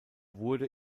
wurde